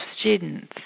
students